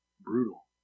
brutal